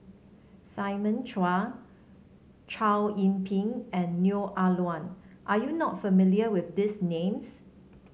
Simon Chua Chow Yian Ping and Neo Ah Luan are you not familiar with these names